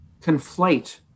conflate